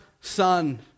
son